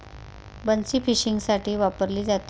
बन्सी फिशिंगसाठी वापरली जाते